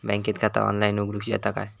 बँकेत खाता ऑनलाइन उघडूक येता काय?